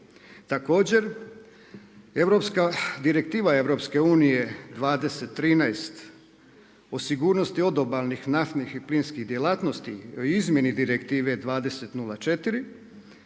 Također direktiva EU 20/13 o sigurnosti od obalnih naftnih i plinskih djelatnosti i o izmjeni Direktive 20/04